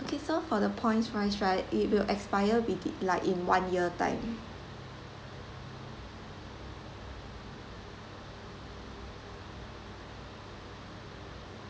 okay so for the points wise right it will expire within like in one year time